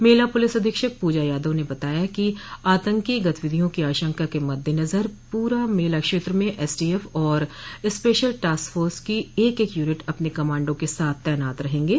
मेला police अधीक्षक प्रजा यादव ने बताया कि आतंकी गतिविधियों की आशंका के मद्देनज़र पूरे मेला क्षेत्र में एसटीएफ और स्पेशल टॉस्क फोर्स की एक एक युनिट अपने कमांडो के साथ तैनात रहेंगे